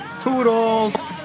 Toodles